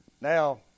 Now